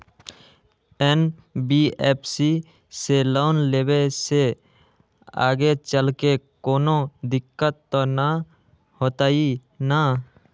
NBFC से loan लेबे से आगेचलके कौनो दिक्कत त न होतई न?